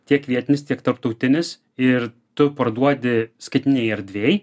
tiek vietinis tiek tarptautinis ir tu parduodi skaitmeninėj erdvėj